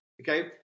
okay